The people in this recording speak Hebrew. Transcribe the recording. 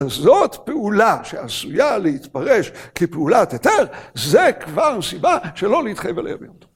אז זאת פעולה שעשויה להתפרש כפעולת היתר זה כבר סיבה שלא להתחיל ולהבין אותה.